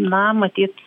na matyt